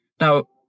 Now